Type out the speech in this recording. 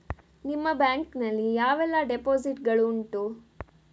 ನಿಮ್ಮ ಬ್ಯಾಂಕ್ ನಲ್ಲಿ ಯಾವೆಲ್ಲ ಡೆಪೋಸಿಟ್ ಗಳು ಉಂಟು?